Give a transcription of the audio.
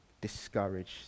discouraged